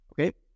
Okay